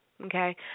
Okay